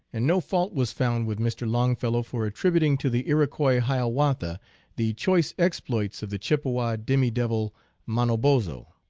and no fault was found with mr. longfellow for attributing to the iroquois hiawatha the choice exploits of the chip pewa demi-devil manobozho.